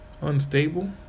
unstable